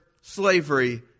slavery